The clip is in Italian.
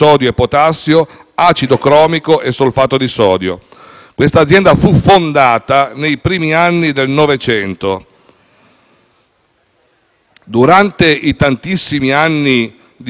Quest'azienda fu fondata nei primi anni del Novecento e durante i tantissimi anni di produzione e di attività, a Cogoleto, a causa dei suoi rifiuti